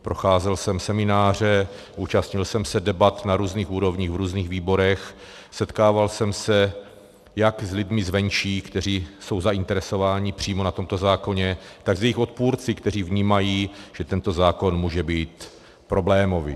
Procházel jsem semináře, účastnil jsem se debat na různých úrovních, v různých výborech, setkával jsem se jak s lidmi z venčí, kteří jsou zainteresováni přímo na tomto zákoně, tak s jejich odpůrci, kteří vnímají, že tento zákon může být problémový.